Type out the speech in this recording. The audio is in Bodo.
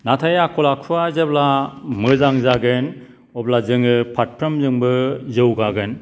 नाथाय आखल आखुवा जेब्ला मोजां जागोन अब्ला जोङो फारफ्रामजोंबो जौगागोन